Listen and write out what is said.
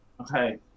Okay